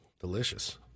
delicious